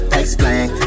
explain